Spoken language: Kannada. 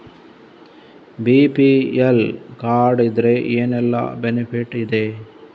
ಬಿ.ಪಿ.ಎಲ್ ಕಾರ್ಡ್ ಇದ್ರೆ ಏನೆಲ್ಲ ಬೆನಿಫಿಟ್ ಇದೆ?